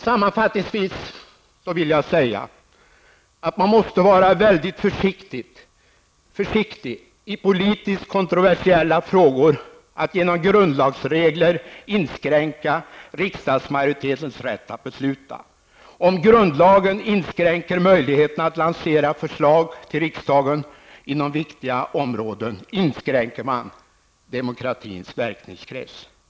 Sammanfattningsvis vill jag säga att man måste vara mycket försiktig med att i politiskt kontroversiella frågor genom grundlagsregler inskränka riksdagsmajoritetens rätt att besluta. Om grundlagen inskränker möjligheterna att lansera förslag till riksdagen inom viktiga områden, då inskränker man också demokratins verkningskrets.